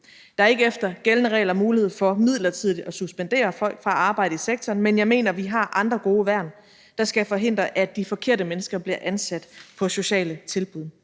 Der er ikke efter gældende regler mulighed for midlertidigt at suspendere folk fra at arbejde i sektoren, men jeg mener, vi har andre gode værn, der skal forhindre, at de forkerte mennesker bliver ansat på sociale tilbud.